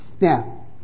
now